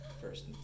first